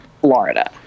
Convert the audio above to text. Florida